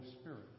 Spirit